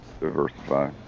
diversify